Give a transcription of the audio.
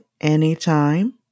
anytime